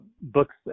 books